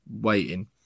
waiting